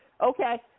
okay